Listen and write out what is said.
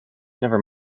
never